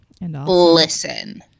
Listen